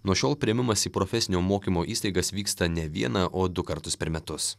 nuo šiol priėmimas į profesinio mokymo įstaigas vyksta ne vieną o du kartus per metus